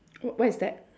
wh~ what is that